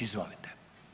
Izvolite.